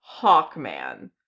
Hawkman